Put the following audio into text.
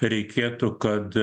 reikėtų kad